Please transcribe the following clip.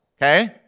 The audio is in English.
okay